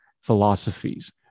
philosophies